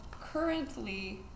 currently